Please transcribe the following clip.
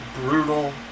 brutal